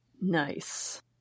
Nice